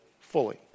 fully